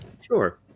Sure